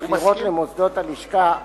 בחירות למוסדות הלשכה),